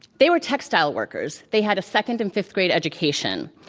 they were textile workers. they had a second and fifth grade education.